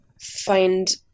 find